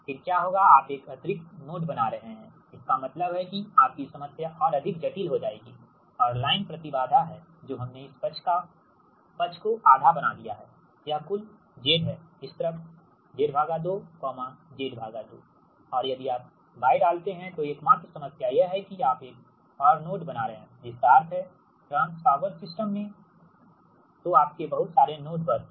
फिर क्या होगा आप एक अतिरिक्त नोड बना रहे हैं इसका मतलब है कि आपकी समस्या और अधिक जटिल हो जाएगी और लाइन प्रति बाधा है जो हमने इस पक्ष को आधा बना दिया है यह कुल Z है इस तरफ Z2 Z2 और यदि आप Y डालते हैं तो एकमात्र समस्या यह है कि आप पॉवर सिस्टम में एक और नोड बना रहे हैं तो आपके पास बहुत सारे नोड बस हैं